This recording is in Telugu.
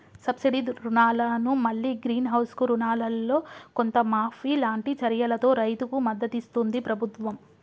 సబ్సిడీ రుణాలను మల్లి గ్రీన్ హౌస్ కు రుణాలల్లో కొంత మాఫీ లాంటి చర్యలతో రైతుకు మద్దతిస్తుంది ప్రభుత్వం